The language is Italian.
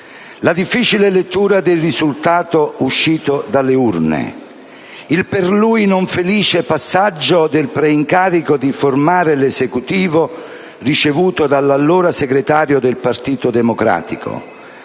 la difficile lettura del risultato uscito dalle urne, il per lui non felice passaggio del preincarico di formare l'Esecutivo ricevuto dall'allora segretario del Partito Democratico,